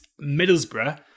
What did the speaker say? Middlesbrough